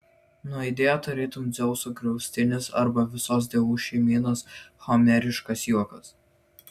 nuaidėjo tarytum dzeuso griaustinis arba visos dievų šeimynos homeriškas juokas